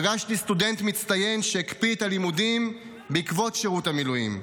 פגשתי סטודנט מצטיין שהקפיא את הלימודים בעקבות שירות המילואים.